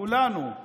כולנו,